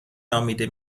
نامیده